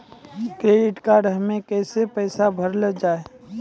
Credit card हम्मे कैसे पैसा भरल जाए?